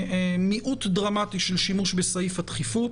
מיעוט דרמטי של שימוש בסעיף הדחיפות.